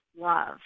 love